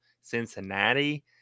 Cincinnati